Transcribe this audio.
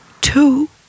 two